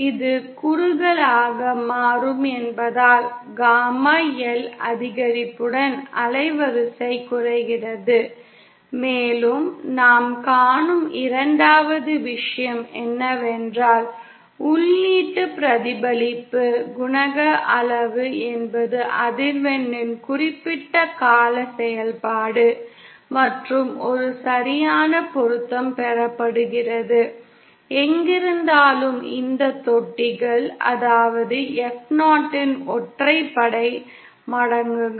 இது குறுகலாக மாறும் என்பதால் காமா L அதிகரிப்புடன் அலைவரிசை குறைகிறது மேலும் நாம் காணும் இரண்டாவது விஷயம் என்னவென்றால் உள்ளீட்டு பிரதிபலிப்பு குணக அளவு என்பது அதிர்வெண்ணின் குறிப்பிட்ட கால செயல்பாடு மற்றும் ஒரு சரியான பொருத்தம் பெறப்படுகிறது எங்கிருந்தாலும் இந்த தொட்டிகள் அதாவது F0 இன் ஒற்றைப்படை மடங்குகள்